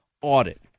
audit